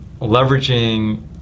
Leveraging